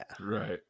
right